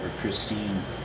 christine